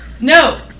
no